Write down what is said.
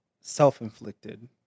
self-inflicted